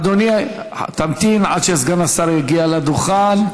אדוני, תמתין עד שסגן השר יגיע לדוכן.